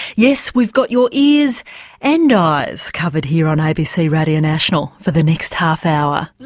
yes, we've got your ears and eyes covered here on abc radio national for the next half hour.